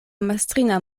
mastrina